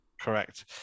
Correct